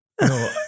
no